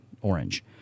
orange